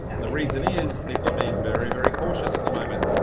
the reason is people are being very very cautious at the moment.